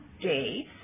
days